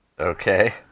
Okay